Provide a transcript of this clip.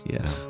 Yes